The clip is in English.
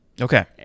Okay